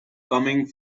coming